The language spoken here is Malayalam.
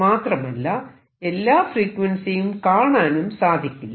മാത്രമല്ല എല്ലാ ഫ്രീക്വൻസിയും കാണാനും സാധിക്കില്ല